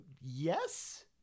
Yes